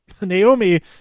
Naomi